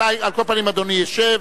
על כל פנים, אדוני ישב.